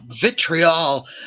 vitriol